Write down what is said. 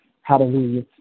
Hallelujah